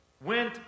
went